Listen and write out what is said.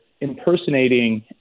impersonating